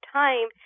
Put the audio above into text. time